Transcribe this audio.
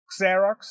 xerox